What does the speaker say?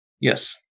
Yes